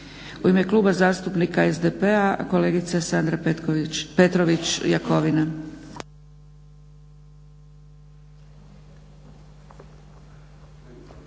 U ime Kluba zastupnika SDP-a kolegica Sandra Petrović Jakovina.